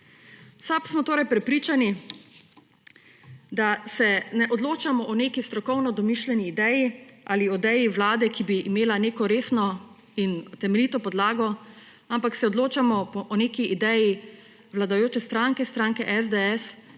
SAB smo torej prepričani, da se ne odločamo o neki strokovno domišljeni ideji ali o ideji Vlade, ki bi imela neko resno in temeljito podlago, ampak se odločamo o neki ideji vladajoče stranke, stranke SDS,